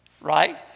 right